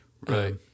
Right